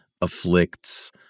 afflicts